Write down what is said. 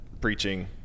preaching